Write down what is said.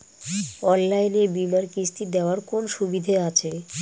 অনলাইনে বীমার কিস্তি দেওয়ার কোন সুবিধে আছে?